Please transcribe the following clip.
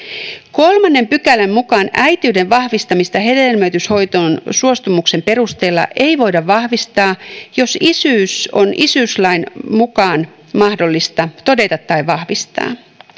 kolmannen pykälän mukaan äitiyden vahvistamista hedelmöityshoitoon suostumuksen perusteella ei voida vahvistaa jos isyys on isyyslain mukaan mahdollista todeta tai vahvistaa